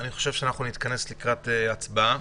אנחנו נתכנס לקראת ההצבעה.